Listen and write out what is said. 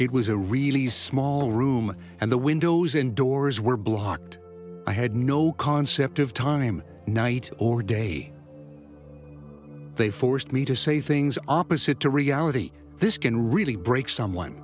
it was a really small room and the windows and doors were blocked i had no concept of time night or day they forced me to say things opposite to reality this can really break someone